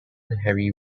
harry